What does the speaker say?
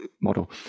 model